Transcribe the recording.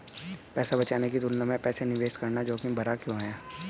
पैसा बचाने की तुलना में पैसा निवेश करना जोखिम भरा क्यों है?